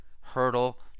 hurdle